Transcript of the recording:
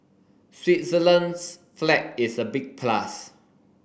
Switzerland's flag is a big plus